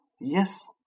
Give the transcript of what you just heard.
Yes